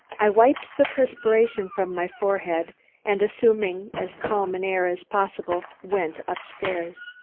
i wiped the perspiration from my forehead and assuming as calm an air as possible, went up-stairs.